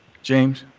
james?